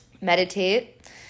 meditate